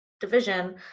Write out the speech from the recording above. division